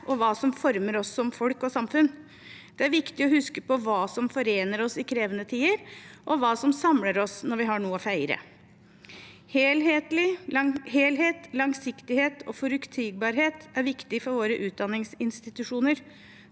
og hva som former oss som folk og samfunn. Det er viktig å huske på hva som forener oss i krevende tider, og hva som samler oss når vi har noe å feire. Helhet, langsiktighet og forutsigbarhet er viktig for våre utdanningsinstitusjoner.